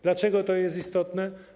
Dlaczego to jest istotne?